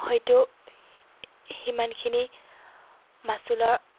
হয়তো সিমানখিনি মাচুলৰ